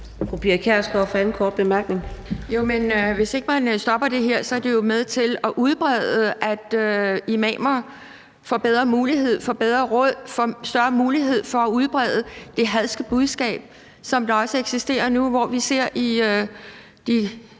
hvis ikke man stopper det her, er det jo med til at udbrede, at imamer får bedre mulighed, får bedre råd og får større mulighed for at udbrede det hadske budskab, der også eksisterer nu. Vi ser i de